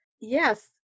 Yes